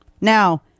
Now